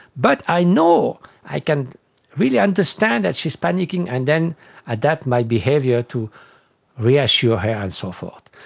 but i know i can really understand that she is panicking and then adapt my behaviour to reassure her and so forth.